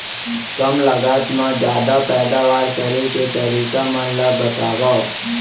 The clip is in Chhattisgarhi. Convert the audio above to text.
कम लागत मा जादा पैदावार करे के तरीका मन ला बतावव?